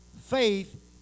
faith